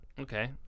Okay